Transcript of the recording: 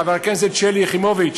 חבר הכנסת שלי יחימוביץ,